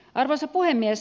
arvoisa puhemies